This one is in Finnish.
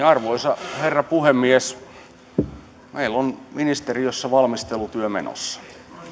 arvoisa herra puhemies niin meillä on ministeriössä valmistelutyö menossa